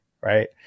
Right